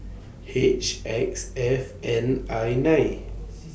H X F N I nine